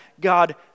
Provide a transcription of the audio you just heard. God